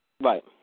Right